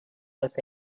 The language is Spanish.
los